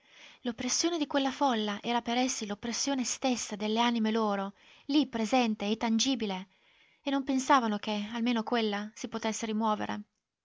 l'oppressione di quella folla era per essi l'oppressione stessa delle anime loro lì presente e tangibile e non pensavano che almeno quella si potesse rimuovere